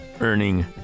earning